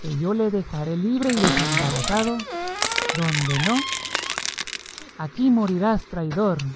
que yo le dejaré libre y desembarazado donde no aquí morirás traidor